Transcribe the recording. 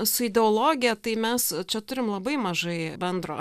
su ideologija tai mes čia turim labai mažai bendro